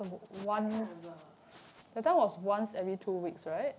I can't remember